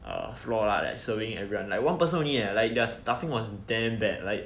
err floor lah like serving everyone one person only leh like their staffing was damn bad like